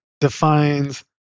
defines